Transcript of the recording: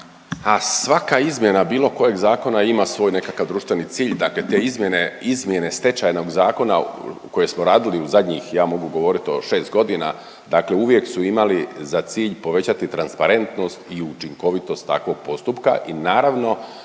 A svaka izmjena bilo kojeg zakona ima svoj nekakav društveni cilj. Dakle, te izmjene, izmjene Stečajnog zakona koje smo radili u zadnjih ja mogu govoriti o 6 godina, dakle uvijek su imale za cilj povećati transparentnost i učinkovitost takvog postupka i naravno